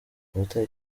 ubutaha